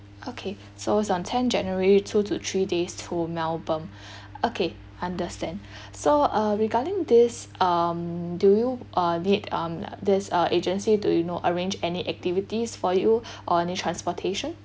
okay so it's on tenth january two to three days to melbourne okay understand so uh regarding this um do you uh need um this uh agency do you know arrange any activities for you or any transportation